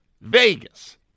Vegas